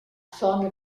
vorne